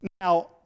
Now